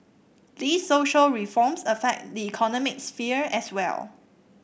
these social reforms affect the economic sphere as well